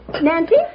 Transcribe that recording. Nancy